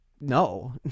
no